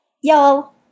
y'all